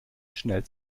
schnell